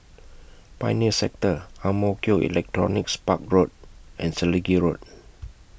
Pioneer Sector Ang Mo Kio Electronics Park Road and Selegie Road